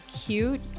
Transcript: cute